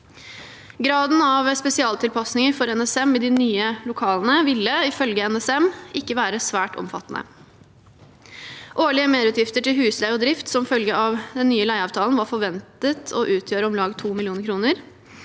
Graden av spesialtilpasninger for NSM i de nye lokalene ville, ifølge NSM, ikke være svært omfattende. Årlige merutgifter til husleie og drift som følge av den nye leieavtalen var forventet å utgjøre om lag 2 mill. kr.